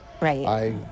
Right